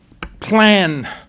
plan